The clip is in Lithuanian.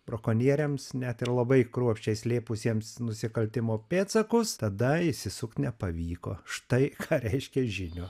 brakonieriams net ir labai kruopščiai slėpusiems nusikaltimo pėdsakus tada išsisukt nepavyko štai ką reiškia žinios